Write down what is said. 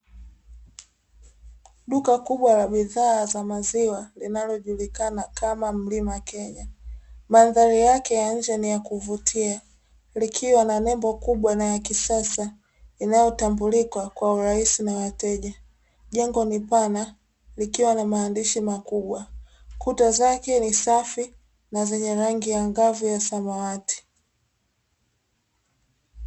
Duka kubwa la bidhaa za maziwa, linalojulikana kama mlima kenya, mandhali yake ya nje ni ya kuvutia, likiwa na nembo kubwa na ya kisasa, inayotambulika kwa urahisi na wateja, jengo ni pana, likiwa na maandishi makubwa, kuta zake ni safi na zenye rangi angavu ya samawati.